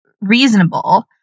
reasonable